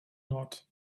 not